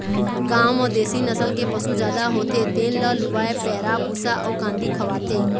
गाँव म देशी नसल के पशु जादा होथे तेन ल लूवय पैरा, भूसा अउ कांदी खवाथे